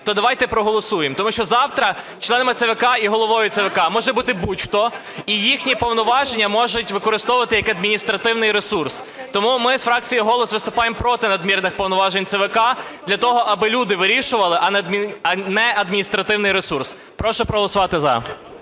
то давайте проголосуємо. Тому що завтра членами ЦВК і головою ЦВК може бути будь-хто, і їхні повноваження можуть використовувати як адміністративний ресурс. Тому ми з фракцією "Голос" виступаємо проти надмірних повноважень ЦВК для того, аби люди вирішували, а не адміністративний ресурс. Прошу проголосувати "за".